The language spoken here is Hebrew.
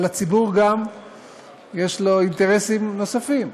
אבל לציבור יש גם אינטרסים נוספים: